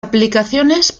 aplicaciones